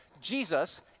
Jesus